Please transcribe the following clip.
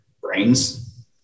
brains